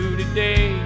today